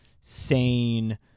sane